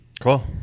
cool